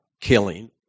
killing